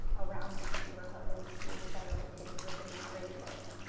around this neighborhood and the schools that are located within that radius.